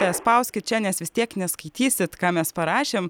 spauskit čia nes vis tiek neskaitysit ką mes parašėm